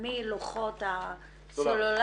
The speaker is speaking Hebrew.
יש מוסדות ציבור שכבר נמצאים ואפשר לעשות